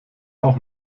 auch